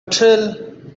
trill